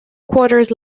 quarters